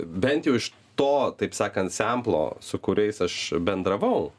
bent jau iš to taip sakant semplo su kuriais aš bendravau